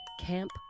Camp